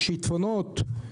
שיטפונות,